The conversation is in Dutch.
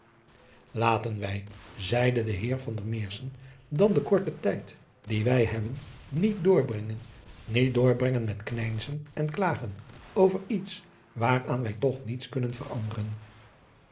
aten wij zeide de eer dan den korten tijd dien wij hebben niet doorbrengen met knijzen en klagen over iets waaraan wij toch niets kunnen veranderen